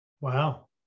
Wow